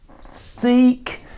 Seek